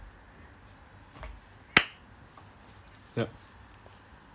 yup